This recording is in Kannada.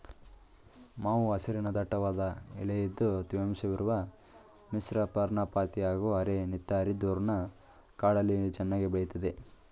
ಮಾವು ಹಸಿರಿನ ದಟ್ಟವಾದ ಎಲೆ ಇದ್ದು ತೇವಾಂಶವಿರುವ ಮಿಶ್ರಪರ್ಣಪಾತಿ ಹಾಗೂ ಅರೆ ನಿತ್ಯಹರಿದ್ವರ್ಣ ಕಾಡಲ್ಲಿ ಚೆನ್ನಾಗಿ ಬೆಳಿತದೆ